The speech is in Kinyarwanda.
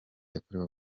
yakorewe